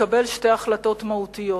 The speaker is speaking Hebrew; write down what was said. לקבל שתי החלטות מהותיות.